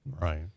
Right